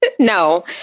no